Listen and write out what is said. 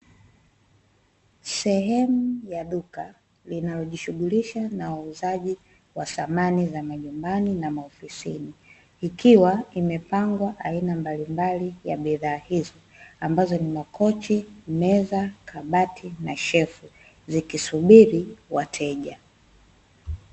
Sehemu ya duka, linalojishughulisha na wauzaji wa samani za majumbani na maofisini, ikiwa imepangwa aina mbalimbali ya bidhaa hizo ambazo ni makochi, meza, kabati na shelfu zikisubiri wateja.